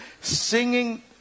singing